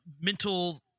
mental